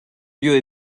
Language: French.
lieu